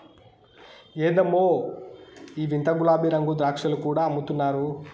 ఎందమ్మో ఈ వింత గులాబీరంగు ద్రాక్షలు కూడా అమ్ముతున్నారు